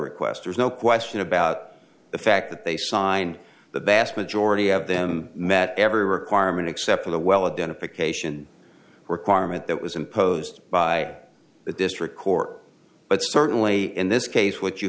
requesters no question about the fact that they sign the bass majority of them met every requirement except for the well a benefit cation requirement that was imposed by the district court but certainly in this case what you